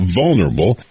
vulnerable